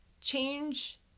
Change